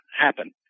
happen